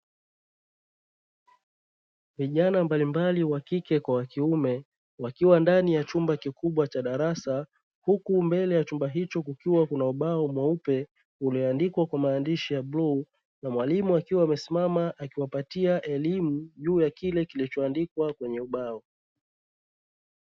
Vijana mbalimbali wa kike kwa wakiume wakiwa ndani ya chumba kikubwa cha darasa, huku mbele ya chumba hicho kukiwa kuna ubao mweupe, ulioandikwa kwa maandishi ya bluu, na mwalimu akiwa amesimama akiwapatia elimu juu ya kile kilichoandikwa kwenye ubao.